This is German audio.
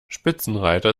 spitzenreiter